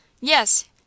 Yes